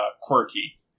quirky